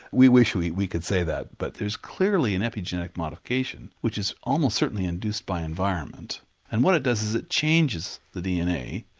we wish we we could say that but there's clearly an epigenetic modification which is almost certainly induced by environment and what it does is it changes the dna,